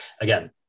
again